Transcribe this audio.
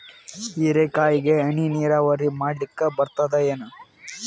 ಹೀರೆಕಾಯಿಗೆ ಹನಿ ನೀರಾವರಿ ಮಾಡ್ಲಿಕ್ ಬರ್ತದ ಏನು?